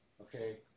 Okay